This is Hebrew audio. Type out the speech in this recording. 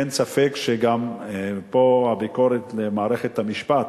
אין ספק שגם פה הביקורת על מערכת המשפט,